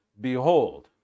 behold